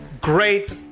Great